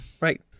right